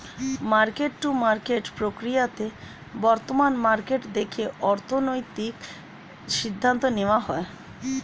market to market প্রক্রিয়াতে বর্তমান market দেখে অর্থনৈতিক সিদ্ধান্ত নেওয়া হয়